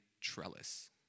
trellis